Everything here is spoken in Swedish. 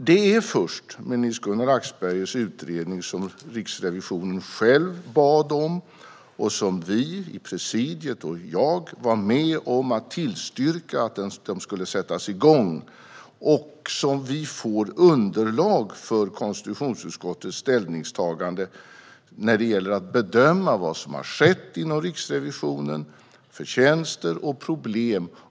Det är först i och med Hans-Gunnar Axbergers utredning, som Riksrevisionen själv bad om och som jag och vi i presidiet var med om att tillstyrka igångsättandet av, som vi får underlag för konstitutionsutskottets ställningstagande när det gäller att bedöma vad som har skett inom Riksrevisionen i form av förtjänster och problem.